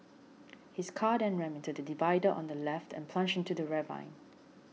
his car then rammed the divider on the left and plunged into the ravine